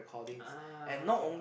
ah okay okay